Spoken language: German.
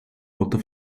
otto